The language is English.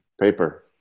paper